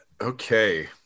Okay